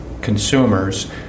consumers